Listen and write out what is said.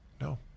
no